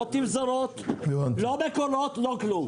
לא תפזורות, לא מכולות, כלום.